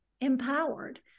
empowered